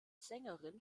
sängerin